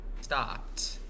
stopped